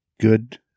good